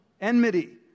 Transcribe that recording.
Enmity